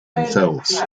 themselves